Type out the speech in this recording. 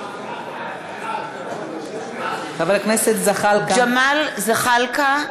(קוראת בשם חבר הכנסת) ג'מאל זחאלקה,